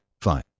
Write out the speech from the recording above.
fine